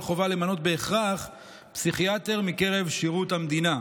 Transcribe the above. חובה למנות בהכרח פסיכיאטר מקרב שירות המדינה.